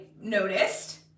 noticed